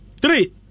Three